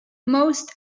most